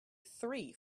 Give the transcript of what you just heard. three